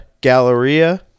Galleria